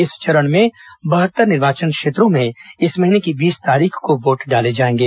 इस चरण में बहत्तर निर्वाचन क्षेत्रों में इस महीने की बीस तारीख को वोट डाले जाएंगे